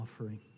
offering